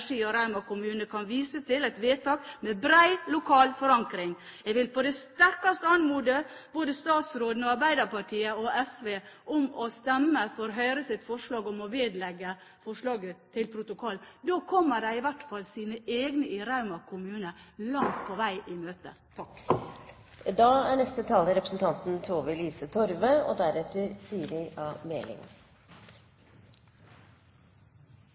og Rauma kommune kan vise til et vedtak med bred lokal forankring. Jeg vil på det sterkeste anmode både statsråden og Arbeiderpartiet og SV om å stemme for Høyres forslag om å vedlegge forslaget protokollen. Da kommer de i hvert fall sine egne i Rauma kommune langt på vei i møte.